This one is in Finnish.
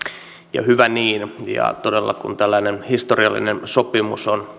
ja hyvä niin ja todella kun tällainen historiallinen sopimus on